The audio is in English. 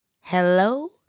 Hello